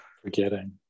Forgetting